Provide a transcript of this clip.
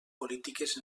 polítiques